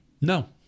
No